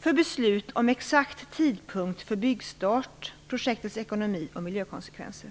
för beslut om exakt tidpunkt för byggstart, projektets ekonomi och miljökonsekvenser.